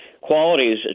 qualities